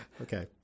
Okay